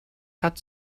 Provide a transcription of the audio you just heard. had